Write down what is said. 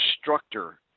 instructor